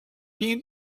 been